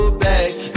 bags